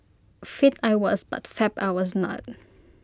fit I was but fab I was not